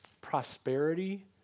prosperity